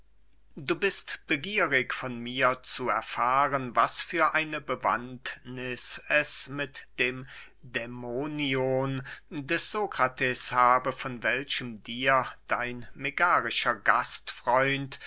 du bist begierig von mir zu erfahren was für eine bewandtniß es mit dem dämonion des sokrates habe von welchem dir dein